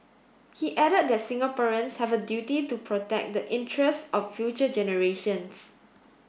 he added that Singaporeans have a duty to protect the interest of future generations